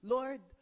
Lord